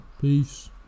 Peace